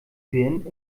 birnen